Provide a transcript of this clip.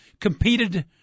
competed